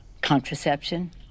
contraception